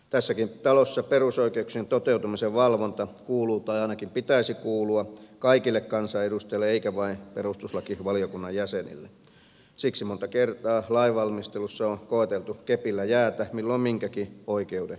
tässäkin talossa perusoikeuksien toteutumisen valvonta kuuluu tai ainakin sen pitäisi kuulua kaikille kansanedustajille eikä vain perustuslakivaliokunnan jäsenille siksi monta kertaa lainvalmistelussa on koeteltu kepillä jäätä milloin minkäkin oikeuden suhteen